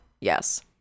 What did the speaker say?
Yes